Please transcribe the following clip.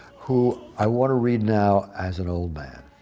who i want to read now as an old man.